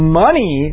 money